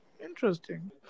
interesting